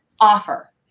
offer